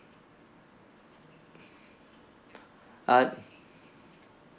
err